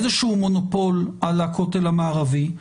איזה שהוא מונופול על הכותל המערבי.